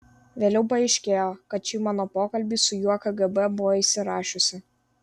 vėliau paaiškėjo kad šį mano pokalbį su juo kgb buvo įsirašiusi